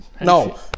No